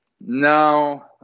No